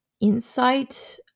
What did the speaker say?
insight